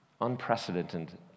unprecedented